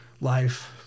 life